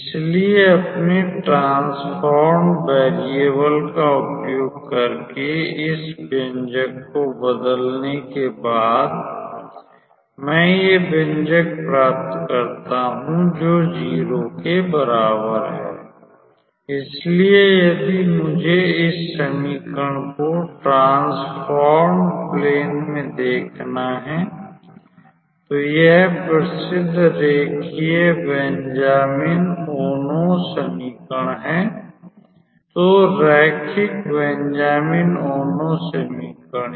इसलिए अपने transformed variable का उपयोग करके इस व्यंजक को बदलने के बाद मैं ये व्यंजक प्राप्त करता हूं जोकि 0 के बराबर है इसलिए यदि मुझे इस समीकरण को ट्रान्सफॉर्म्ड प्लैन में देखना है तो यह प्रसिद्ध रेखीय बेंजामिन ओनो समीकरण है तो रैखिक बेंजामिन ओनो समीकरण